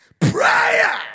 Prayer